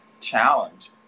challenge